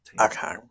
Okay